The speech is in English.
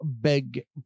big